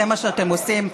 זה מה שאתם עושים,